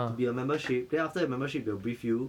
to be a membership then after that membership they will brief you